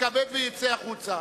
יתכבד ויצא החוצה.